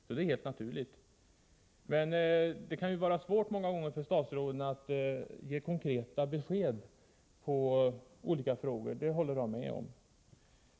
Många gånger kan det naturligtvis vara svårt för statsråden att ge konkreta besked — det håller jag med om.